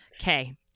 Okay